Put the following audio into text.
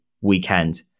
weekend